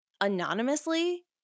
anonymously